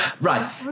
Right